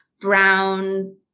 brown